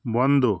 বন্ধ